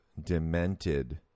demented